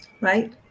right